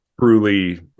Truly